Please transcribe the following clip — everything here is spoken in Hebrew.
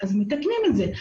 אז מתקנים את זה.